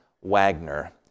Wagner